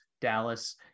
Dallas